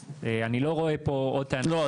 אני לא רואה פה עוד טענות --- לא,